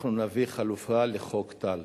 אנחנו נביא חלופה לחוק טל